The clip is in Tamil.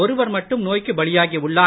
ஒருவர் மட்டும் நோய்க்கு பலியாகி உள்ளார்